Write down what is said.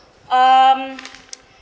um